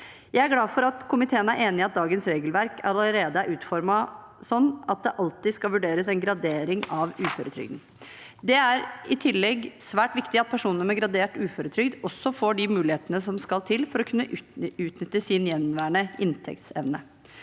Jeg er glad for at komiteen er enig i at dagens regelverk allerede er utformet sånn at det alltid skal vurderes en gradering av uføretrygden. Det er i tillegg svært viktig at personer med gradert uføretrygd også får de mulighetene som skal til for å kunne utnytte sin gjenværende inntektsevne.